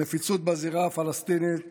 הנפיצות בזירה הפלסטינית